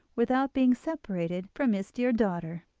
without being separated from his dear daughter.